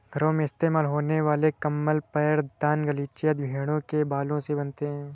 घरों में इस्तेमाल होने वाले कंबल पैरदान गलीचे आदि भेड़ों के बालों से बनते हैं